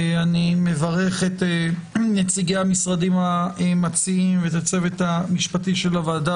אני מברך את נציגי המשרדים המציעים ואת הצוות המשפטי של הוועדה